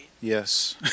Yes